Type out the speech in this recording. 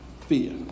Fear